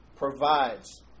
Provides